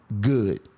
Good